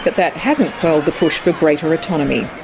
but that hasn't quelled the push for greater autonomy.